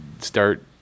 start